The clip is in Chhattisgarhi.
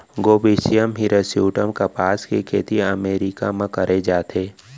गोसिपीयम हिरस्यूटम कपसा के खेती अमेरिका म करे जाथे